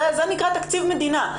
זה נקרא תקציב מדינה.